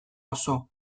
oso